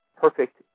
perfect